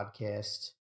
podcast